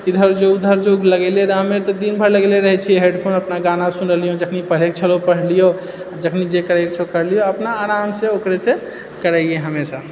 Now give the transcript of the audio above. इधर जो उधर जो मे लगेले रहमे तऽ दिन भरि लगेले रहै छी हेडफोन अपना गाना सुनलिऔ जखनी पढ़ि कऽ छलौ पढ़लिऔ जखनी जे करै कऽ छौ करलिऔ अपना आरामसँ ओकरेसँ करैए हमेशा